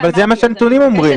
אבל זה מה שהנתונים אומרים.